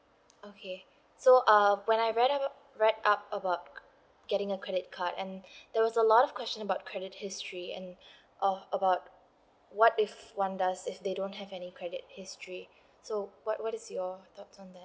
okay so um when I read about read up about getting a credit card and there was a lot of question about credit history and uh about what if one does if they don't have any credit history so what what is your thoughts on that